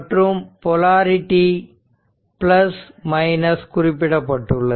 மற்றும் போலரிடி குறிப்பிடப்பட்டுள்ளது